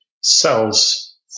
cells